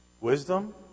Wisdom